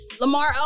lamar